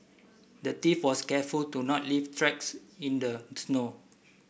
the thief was careful to not leave tracks in the snow